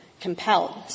compelled